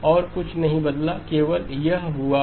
इसलिए और कुछ नहीं बदला केवल यह हुआ ठीक हे